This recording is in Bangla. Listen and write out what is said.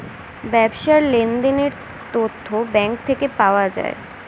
ব্যবসার লেনদেনের তথ্য ব্যাঙ্ক থেকে পাওয়া যায়